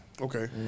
Okay